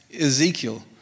Ezekiel